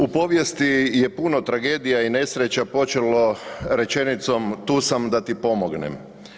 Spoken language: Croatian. U povijesti je puno tragedija i nesreća počelo rečenicom tu sam da ti pomognem.